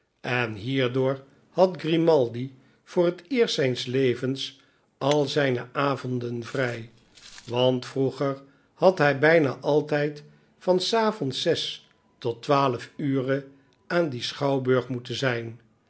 en hierdoor had grimaldi voor het eerst zijas levens al zijne avonden vrij want vroeger had hij bijna altijd van s avonds zes tot twaalf ure aan dien schouwburg moeten zijn